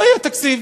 לא יהיה תקציב.